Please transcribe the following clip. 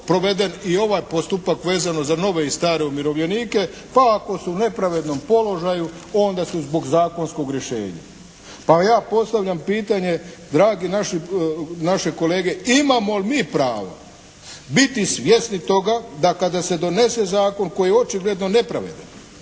proveden i ovaj postupak vezano za nove i stare umirovljenike, pa ako su u nepravednom položaju onda su zbog zakonskog rješenja. Pa ja postavljam pitanje drage naše kolege imamo li mi pravo biti svjesni toga da kada se donese zakon koji je očigledno nepravedan,